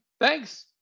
thanks